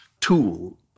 tool